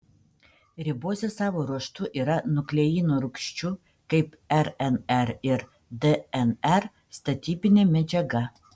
ribozė savo ruožtu yra nukleino rūgščių kaip rnr ir dnr statybinė medžiaga